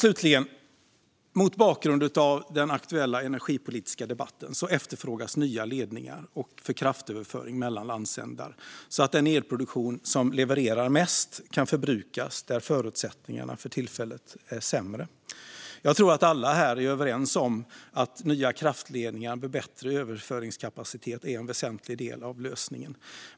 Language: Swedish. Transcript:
Slutligen: Mot bakgrund av den aktuella energipolitiska debatten efterfrågas nya ledningar för kraftöverföring mellan landsändar så att den elproduktion som levererar mest kan förbrukas där förutsättningarna för tillfället är sämre. Jag tror att alla här är överens om att nya kraftledningar med bättre överföringskapacitet är en väsentlig del av lösningen.